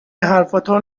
حرفاتو